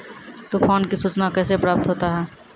तुफान की सुचना कैसे प्राप्त होता हैं?